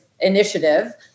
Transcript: initiative